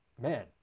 Man